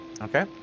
Okay